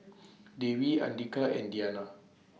Dewi Andika and Diyana